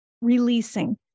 releasing